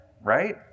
right